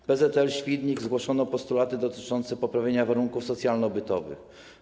W PZL Świdnik zgłoszono postulaty dotyczące poprawienia warunków socjalno-bytowych.